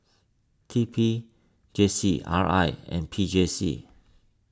T P J C R I and P J C